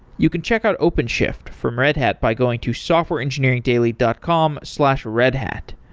you can check out openshift from red hat by going to softwareengineeringdaily dot com slash redhat.